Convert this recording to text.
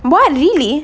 what really